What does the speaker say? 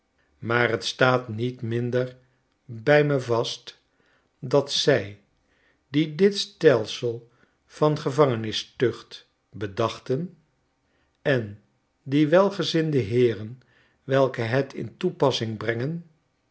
maar t staat niet minder bij me vast dat zij die dit stelsel van gevangenistucht bedachten en die welgezinde heeren welke het in toepassingbrengen